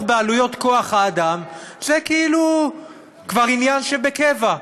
בעלויות כוח-האדם זה כאילו כבר עניין שבקבע,